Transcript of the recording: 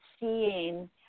seeing